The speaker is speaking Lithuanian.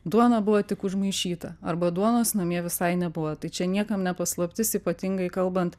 duona buvo tik užmaišyta arba duonos namie visai nebuvo tai čia niekam ne paslaptis ypatingai kalbant